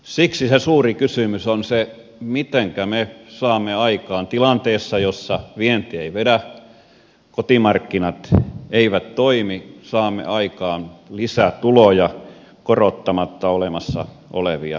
siksi se suuri kysymys on se mitenkä me saamme aikaan tilanteessa jossa vienti ei vedä kotimarkkinat eivät toimi lisätuloja korottamatta olemassa olevia veroja